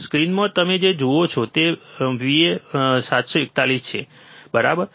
સ્ક્રીનમાં તમે જે જુઓ છો તે uA741 છે બરાબર